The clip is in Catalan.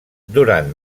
durant